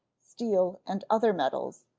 steel, and other metals,